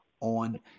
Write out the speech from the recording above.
on